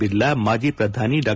ಬಿರ್ಲಾ ಮಾಜಿ ಪ್ರಧಾನಿ ಡಾ